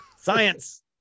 Science